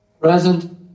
Present